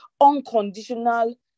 unconditional